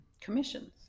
commissions